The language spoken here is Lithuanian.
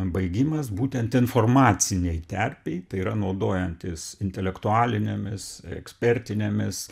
baigimas būtent informacinei terpei tai yra naudojantis intelektualinėmis ekspertinėmis